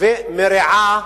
ומרעים